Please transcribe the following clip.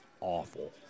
awful